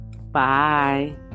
Bye